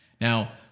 Now